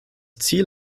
ziel